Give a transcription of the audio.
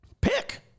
Pick